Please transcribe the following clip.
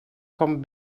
com